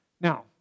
Now